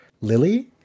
Lily